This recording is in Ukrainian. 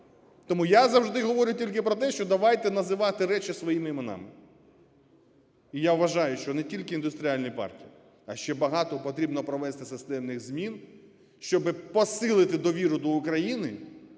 Тому я завжди говорю тільки про те, що давайте називати речі своїми іменами. І я вважаю, що не тільки індустріальні парки, а ще багато потрібно провести системних змін, щоб посилити довіру до України,